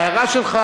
ההערה שלך,